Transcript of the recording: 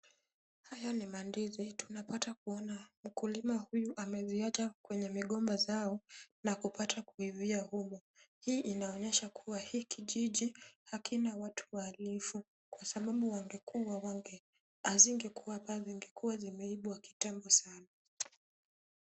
Haya ni wa ndizi. Tunapata kuona mkulima huyu ameziacha kwenye migomba zao na kupata kuivia humu. Hii inaonyesha kuwa hii kijiji hiki hakina watu wahalifu. Kwa sababu wangekuwa zingekuwa zimeibwa kitambo sana.